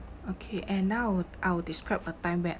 okay and now I'd I would describe a time where